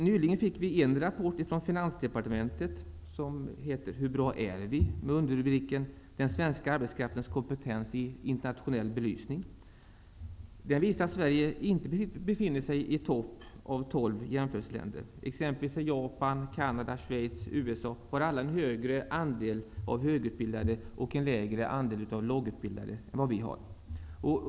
Nyligen fick vi en rapport från finansdepartementet ''Hur bra är vi?'' med underrubriken ''Den svenska arbetskraftens kompetens i internationell belysning''. Den visar att Sverige inte befinner sig i topp av tolv jämförelseländer. Japan, Kanada, Schweiz och USA har alla en högre andel högutbildade och en lägre andel lågutbildade än vad vi har.